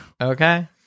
Okay